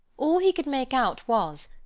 all he could make out was,